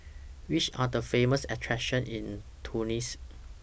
Which Are The Famous attractions in Tunis